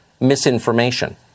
misinformation